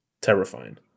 terrifying